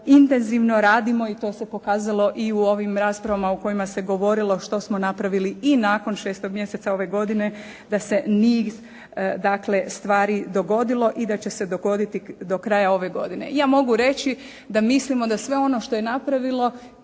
intenzivno radimo i to se pokazalo i u ovim raspravama u kojima se govorilo što smo napravili i nakon 6. mjeseca ove godine da se niz stvari dogodilo i da će se dogoditi do kraja ove godine. Ja mogu reći da mislimo da sve ono što je napravljeno